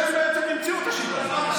שהם בעצם המציאו את השיטה.